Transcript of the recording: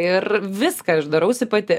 ir viską aš darausi pati